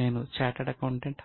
నేను chartered accountant